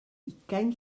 ugain